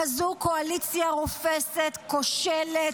כזו קואליציה רופסת, כושלת,